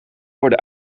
worden